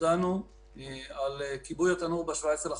הודענו על כיבוי התנור ב-17 במאי,